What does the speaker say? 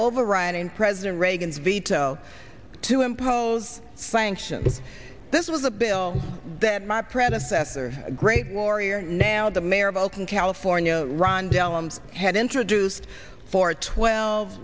overriding president reagan's veto to impose sanctions this was a bill that my predecessor great warrior and now the mayor of oakland california ron dellums had introduced for twelve